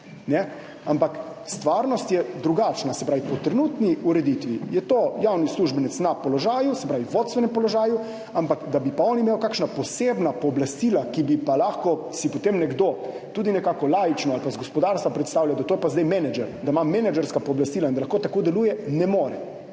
Ampak stvarnost je drugačna. Se pravi, po trenutni ureditvi je to javni uslužbenec na položaju, se pravi vodstvenem položaju, ampak da bi pa on imel kakšna posebna pooblastila, za katera bi si lahko potem nekdo tudi nekako laično ali pa iz gospodarstva predstavljal, da je to pa zdaj menedžer, da ima menedžerska pooblastila in da lahko tako deluje, ne more.